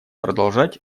продолжать